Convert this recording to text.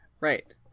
Right